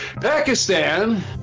Pakistan